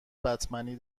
بتمنی